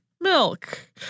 milk